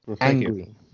angry